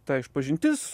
ta išpažintis